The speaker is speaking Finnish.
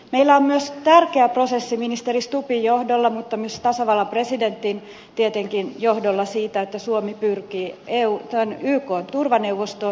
meillä on myös tärkeä prosessi ministeri stubbin ja myös tietenkin tasavallan presidentin johdolla siitä että suomi pyrkii ykn turvaneuvostoon